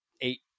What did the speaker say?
eight